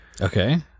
Okay